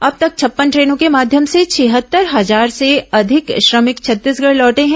अब तक छप्पन ट्रेनों के माध्यम से छिहत्तर हजार से अधिक श्रमिक छत्तीसगढ़ लौटे हैं